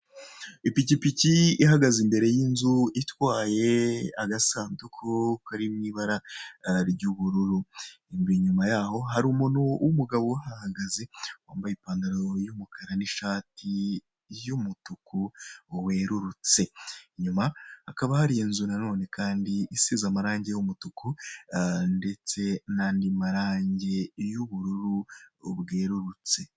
Ipikipiki ihagaze imbere y'inzu itwaye agasanduku kari mu ibara ry'ubururu, inyuma yaho hari umuntu w'umugabo uhahagaze wambaye ipantaro y'umukara n'ishati y'umutuku werurutse. Inyuma hakaba hari inzu nanone kandi isize amarangi y'umutuku ndetse n'andi marangi y'ubururu bwerurutse.